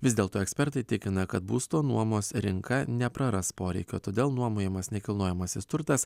vis dėlto ekspertai tikina kad būsto nuomos rinka nepraras poreikio todėl nuomojamas nekilnojamasis turtas